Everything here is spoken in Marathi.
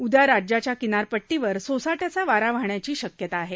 उदया राज्याच्या किनारपट्टीवर सोसाट्याचा वारा वाहण्याची शक्यता आहे